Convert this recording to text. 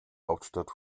hauptstadt